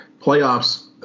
playoffs